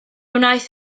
wnaeth